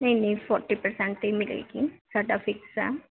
ਨਹੀਂ ਨਹੀਂ forty percent 'ਤੇ ਹੀ ਮਿਲੇਗੀ ਸਾਡਾ ਫਿਕਸ ਆ